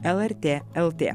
lrt el tė